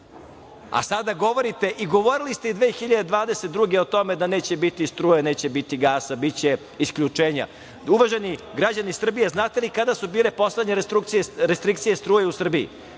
Sada govorite i govorili ste i 2022. godine o tome da neće biti struje, da neće biti gasa, biće isključenja. Uvaženi građani Srbije, znate li kada su bile poslednje restrikcije struje u Srbiji?